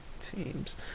teams